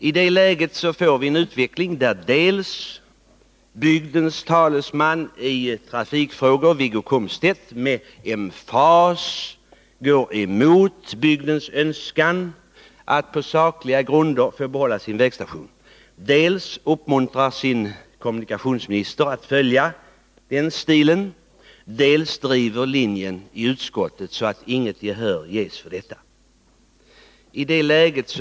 I det läget fick vi en utveckling där bygdens talesman i trafikfrågor, Wiggo Komstedt, dels med emfas gick emot bygdens önskan att på saklig grund få behålla sin vägstation, dels uppmuntrade sin kommunikationsminister att följa den stilen och dels drev en sådan linje i utskottet att inget gehör vunnits för ett bibehållande av vägstationen.